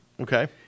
Okay